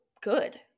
good